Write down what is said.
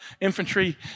infantry